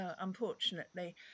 unfortunately